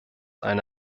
eine